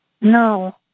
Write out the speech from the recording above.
No